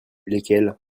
lesquelles